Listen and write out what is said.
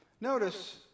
Notice